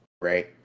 right